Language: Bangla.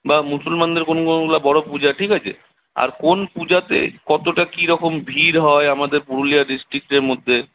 বা মুসলমানদের কোন কোনগুলা বড়ো পূজা ঠিক আছে আর কোন পূজাতে কতটা কিরকম ভিড় হয় আমাদের পুরুলিয়া ডিস্ট্রিক্টের মধ্যে